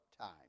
time